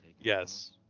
Yes